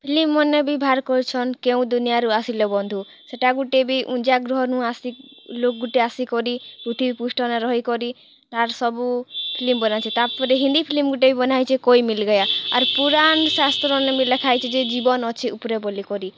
ଫିଲ୍ମମାନେ ବି ବାହର୍ କରିଛନ୍ କେଉଁ ଦୁନିଆରୁ ଆସିଲ ବନ୍ଧୁ ସେଟା ଗୁଟେ ବି ଗ୍ରହରୁ ଆସି ଲୋକ୍ ଗୁଟେ ଆସିକରି ପୃଥିବୀ ପୃଷ୍ଠନେ ରହିକରି ତା'ର୍ ସବୁ ଫିଲ୍ମ ବନେଇଛେ ତା'ର୍ପରେ ହିନ୍ଦୀ ଫିଲ୍ମ ଗୁଟେ ବନା ହେଇଛେ କୋଇ ମିଲ୍ ଗେୟା ଆର୍ ପୁରାନ୍ ଶାସ୍ତ୍ରନେ ବି ଲେଖା ହେଇଛେଯେ ଜୀବନ୍ ଅଛେ ଉପ୍ରେ ବୋଲିକରି